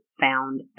found